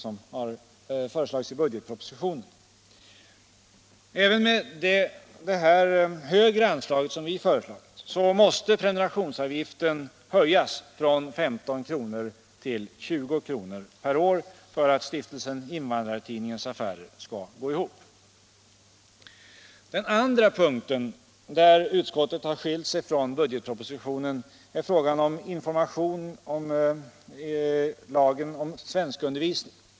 som föreslagits i budgetpropositionen. Även med det högre anslag som vi föreslagit måste prenumerationsavgiften höjas från 15 kr. till 20 kr. per år för att stiftelsen Invandrartidningens affärer skall gå ihop. Den andra punkten där utskottet har skilt sig från budgetpropositionen gäller information om lagen om svenskundervisning.